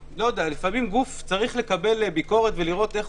לפעמים גוף צריך לדעת לקבל ביקורת ולראות איך